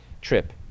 trip